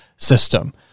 System